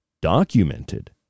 documented